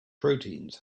proteins